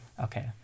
Okay